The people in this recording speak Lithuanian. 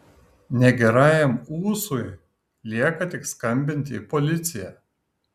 negerajam ūsui lieka tik skambinti į policiją